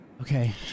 Okay